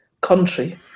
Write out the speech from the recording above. country